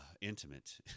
intimate